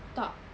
tak